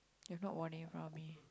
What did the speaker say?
you have not worn it from me